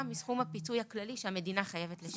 מסכום הפיצוי הכללי שהמדינה חייבת לשלם.